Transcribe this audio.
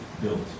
built